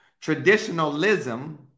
traditionalism